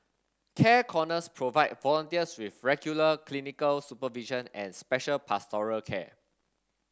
care corners provide volunteers with regular clinical supervision and special pastoral care